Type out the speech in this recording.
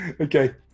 Okay